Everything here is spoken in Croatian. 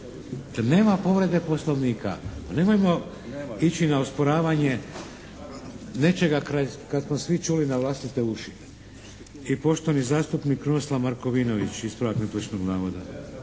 Nema povrede Poslovnika. Pa nemojmo ići na osporavanje nečega kad smo svi čuli na vlastite uši. I poštovani zastupnik Krunoslav Markovinović, ispravak netočnog navoda.